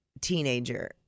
teenager